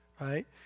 right